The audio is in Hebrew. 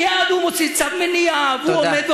מייד הוא מוציא צו מניעה, תודה.